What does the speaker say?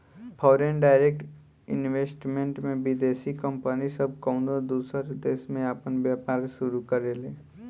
foreign direct investment में विदेशी company सब कउनो दूसर देश में आपन व्यापार शुरू करेले